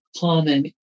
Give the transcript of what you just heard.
common